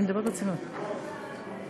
עשר דקות לנמק הצעת חוק זה הרבה זמן,